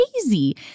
crazy